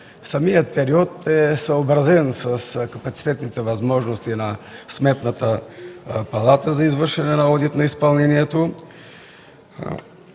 Самият период е съобразен с капацитетните възможности на Сметната палата за извършване на одит на изпълнението.